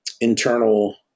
internal